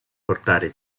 portare